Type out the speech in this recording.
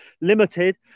Limited